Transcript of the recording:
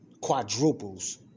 quadruples